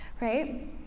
Right